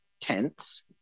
tense